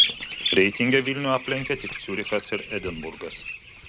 reitinge vilnių aplenkė tik ciurichas ir edinburgas